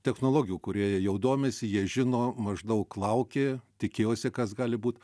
technologijų kuria jie jau domisi jie žino maždaug laukė tikėjosi kas gali būt